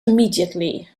immediately